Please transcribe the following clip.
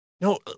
No